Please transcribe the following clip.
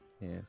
Yes